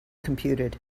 computed